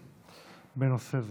לסדר-היום בנושא זה.